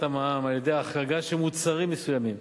המע"מ על-ידי החרגה של מוצרים מסוימים,